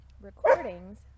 recordings